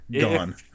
gone